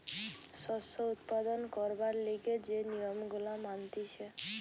শস্য উৎপাদন করবার লিগে যে নিয়ম গুলা মানতিছে